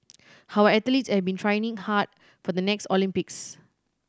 our athletes have been training hard for the next Olympics